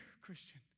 Christian